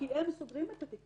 כי הם סוגרים את התיק.